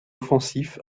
offensif